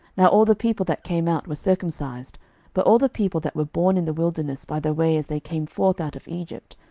now all the people that came out were circumcised but all the people that were born in the wilderness by the way as they came forth out of egypt,